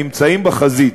נמצאים בחזית,